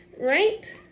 right